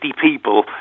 people